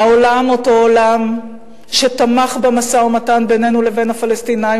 העולם אותו עולם שתמך במשא-ומתן בינינו לבין הפלסטינים,